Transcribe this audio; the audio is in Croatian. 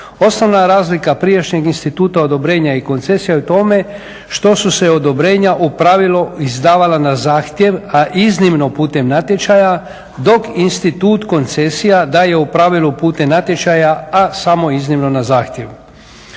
Osnovna razlika prijašnjeg instituta odobrenja i koncesija je u tome što su se odobrenja u pravilu izdavala na zahtjev, a iznimno putem natječaja, dok institut koncesija daje u pravilu putem natječaja a samo iznimno na zahtjev.